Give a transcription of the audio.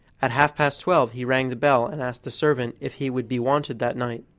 at half-past twelve he rang the bell and asked the servant if he would be wanted that night.